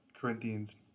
Corinthians